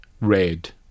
red